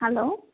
hello